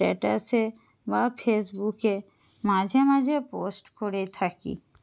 স্ট্যাটাসে বা ফেসবুকে মাঝে মাঝে পোস্ট করে থাকি